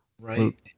right